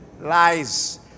Lies